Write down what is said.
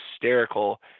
hysterical